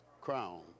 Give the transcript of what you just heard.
Crown